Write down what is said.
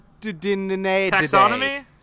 taxonomy